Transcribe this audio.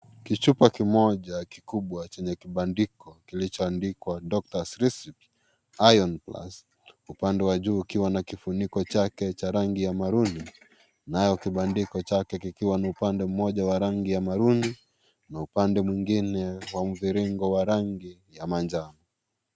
Kichupa kimoja kikubwa chenye kibandiko kilichoandikwa doctor's recipe, iron plus . Upande wa juu ukiwa na kifuniko chake cha rangi ya marooni , nayo kibandiko chake kikiwa ni upande mmoja wa rangi ya marooni , na upande mwingine wa mviringo wa rangi ya manjano.